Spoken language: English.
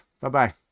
Bye-bye